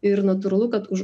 ir natūralu kad už